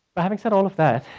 but having said all of that,